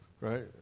right